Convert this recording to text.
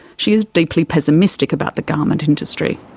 she is deeply pessimistic about the garment industry.